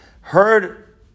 heard